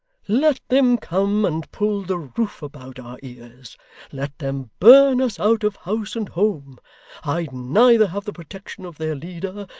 let them come and pull the roof about our ears let them burn us out of house and home i'd neither have the protection of their leader,